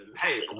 hey